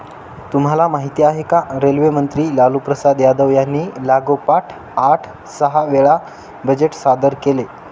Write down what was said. तुम्हाला माहिती आहे का? रेल्वे मंत्री लालूप्रसाद यादव यांनी लागोपाठ आठ सहा वेळा बजेट सादर केले